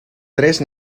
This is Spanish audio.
tres